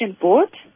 Board